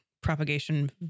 propagation